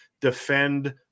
defend